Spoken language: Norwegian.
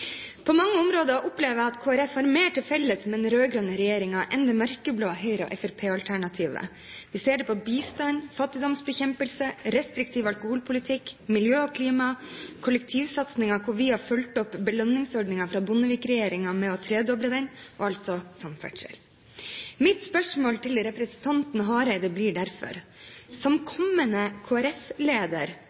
På mange områder opplever jeg at Kristelig Folkeparti har mer til felles med den rød-grønne regjeringen enn det mørkeblå Høyre og Fremskrittspartiet-alternativet. Vi ser det på bistand, fattigdomsbekjempelse, restriktiv alkoholpolitikk, miljø og klima, kollektivsatsingen, hvor vi har fulgt opp belønningsordningen fra Bondevik-regjeringen med å tredoble den, og altså samferdsel. Mitt spørsmål til representanten Hareide blir derfor: Som kommende